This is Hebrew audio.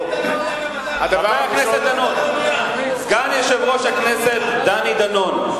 סגן יושב-ראש הכנסת דני דנון,